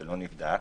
שלא נבדק.